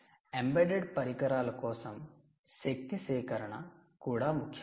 embedded పరికరాల కోసం శక్తి సేకరణ కూడా ముఖ్యం